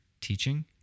teaching